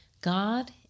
God